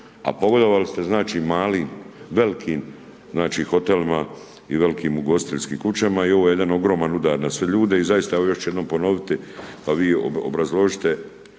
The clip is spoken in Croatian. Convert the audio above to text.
a pogodovali ste znači malim, velikim znači hotelima i velikim ugostiteljskim kućama i ovo je jedan ogroman udar na sve ljude. I zaista evo još ću jednom ponoviti pa vi obrazložite